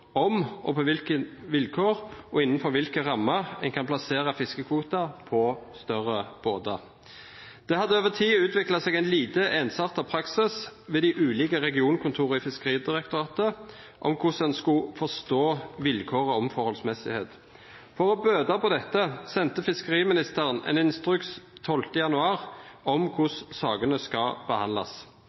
om, på kva slags vilkår og innanfor kva slags rammer ein kan plassera fiskekvotar på større båtar. Det hadde over tid utvikla seg ein lite einsarta praksis ved dei ulike regionkontora i Fiskeridirektoratet om korleis ein skulle forstå vilkåra om samsvar. For å bøta på dette sende fiskeriministeren ein instruks 12. januar om korleis sakene skal behandlast.